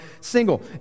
single